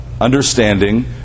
understanding